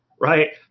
right